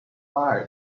was